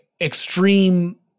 extreme